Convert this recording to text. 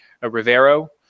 Rivero